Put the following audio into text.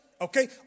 Okay